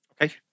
Okay